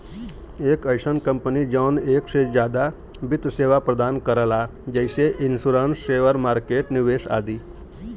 एक अइसन कंपनी जौन एक से जादा वित्त सेवा प्रदान करला जैसे इन्शुरन्स शेयर मार्केट निवेश आदि